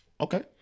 Okay